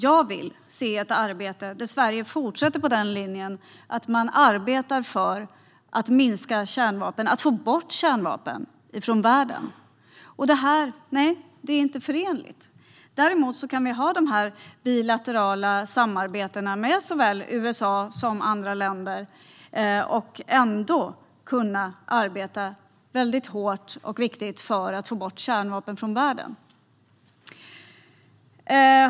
Jag vill se ett arbete där Sverige fortsätter på linjen att minska mängden kärnvapen, att få bort kärnvapen från världen. Detta är inte förenligt. Däremot kan Sverige ha dessa bilaterala samarbeten med såväl USA som andra länder och ändå arbeta hårt för att få bort kärnvapen från världen.